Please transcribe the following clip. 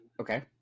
okay